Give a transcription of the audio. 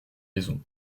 maison